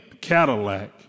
Cadillac